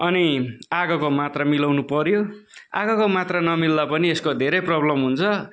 अनि आगोको मात्रा मिलाउनु पर्यो आगोको मात्रा नमिल्दा पनि यसको धेरै प्रब्लम हुन्छ